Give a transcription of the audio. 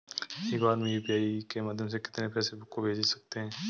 एक बार में यू.पी.आई के माध्यम से कितने पैसे को भेज सकते हैं?